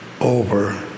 over